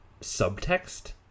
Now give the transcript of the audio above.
subtext